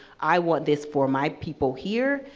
i want this for my people here,